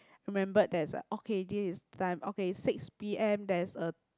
remembered there's like okay this is time okay six P_M there is a